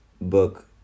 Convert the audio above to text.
book